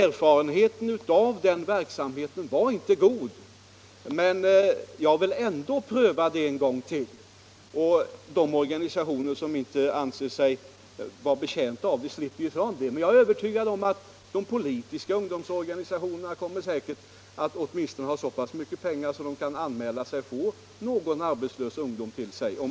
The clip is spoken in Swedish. Erfarenheten av den verksamheten är inte god, men jag vill ändå pröva den en gång till. De organisationer som inte anser sig vara betjänta av ett sådant system slipper vara med. Men jag är övertygad om att de politiska ungdomsorganisationerna kommer att åtminstone ha så pass mycket pengar att de kan anmäla sig för att få någon arbetslös ungdom till sig.